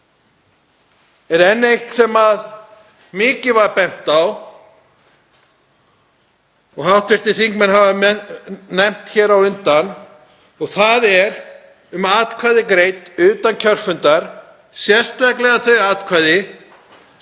er enn eitt sem mikið var bent á og hv. þingmenn hafa nefnt hér á undan en það er um atkvæði greidd utan kjörfundar, sérstaklega þau atkvæði